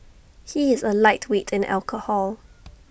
he is A lightweight in alcohol